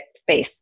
space